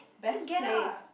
best place